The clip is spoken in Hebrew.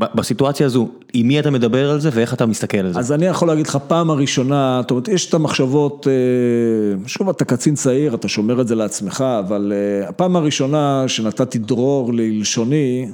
בסיטואציה הזו, עם מי אתה מדבר על זה? ואיך אתה מסתכל על זה? אז אני יכול להגיד לך, פעם הראשונה, זאת אומרת, יש את המחשבות, שוב, אתה קצין צעיר, אתה שומר את זה לעצמך, אבל הפעם הראשונה שנתתי דרור ללשוני,